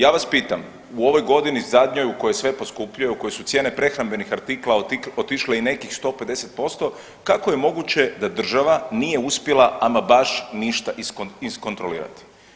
Ja vas pitam, u ovoj godini zadnjoj u kojoj sve poskupljuje u kojoj su cijene prehrambenih artikala otišle i nekih 150% kako je moguće da država nije uspjela ama baš ništa iskontrolirati?